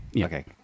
Okay